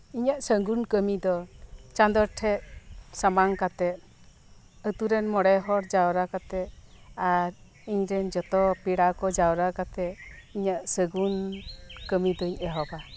ᱤᱧᱟᱹᱜ ᱥᱟᱹᱜᱩ ᱱ ᱠᱟᱢᱤ ᱫᱚ ᱪᱟᱸᱫᱳ ᱴᱷᱮᱡ ᱥᱟᱢᱟᱝ ᱠᱟᱛᱮᱫ ᱟᱛᱳ ᱨᱮᱱ ᱢᱚᱬᱮ ᱦᱚᱲ ᱡᱟᱣᱨᱟ ᱠᱟᱛᱮᱫ ᱟᱨ ᱤᱧ ᱡᱷᱚᱛᱚ ᱯᱮᱲᱟ ᱠᱚ ᱡᱟᱣᱨᱟ ᱠᱟᱛᱮᱫ ᱤᱧᱟᱹᱜ ᱥᱟᱹᱜᱩᱱ ᱠᱟᱢᱤ ᱫᱩᱧ ᱮᱦᱚᱵᱟ